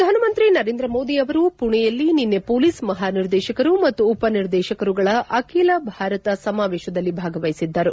ಪ್ರಧಾನಮಂತ್ರಿ ನರೇಂದ್ರ ಮೋದಿ ಅವರು ಮಣೆಯಲ್ಲಿ ನಿನ್ನೆ ಮೊಲೀಸ್ ಮಹಾನಿರ್ದೇಶಕರು ಮತ್ತು ಉಪ ನಿರ್ದೇಶಕರುಗಳ ಅಖಿಲ ಭಾರತ ಸಮಾವೇಶದಲ್ಲಿ ಭಾಗವಹಿಸಿದ್ದರು